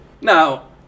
Now